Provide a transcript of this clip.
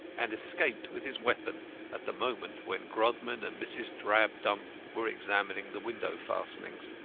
and escaped with his weapon at the moment when grodman and mrs. drabdump were examining the window fastenings.